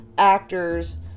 actors